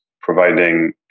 providing